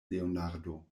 leonardo